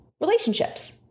relationships